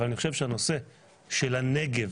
אבל אני חושב שהנושא של הנגב